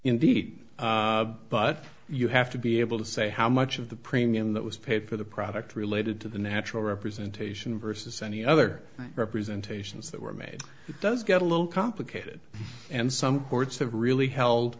indeed but you have to be able to say how much of the premium that was paid for the product related to the natural representation versus any other representations that were made does get a little complicated and some courts have really held